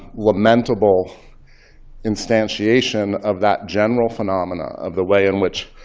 lamentable instantiation of that general phenomenon, of the way in which